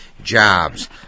jobs